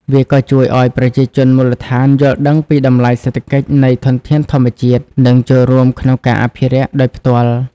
វាក៏ជួយឱ្យប្រជាជនមូលដ្ឋានយល់ដឹងពីតម្លៃសេដ្ឋកិច្ចនៃធនធានធម្មជាតិ និងចូលរួមក្នុងការអភិរក្សដោយផ្ទាល់។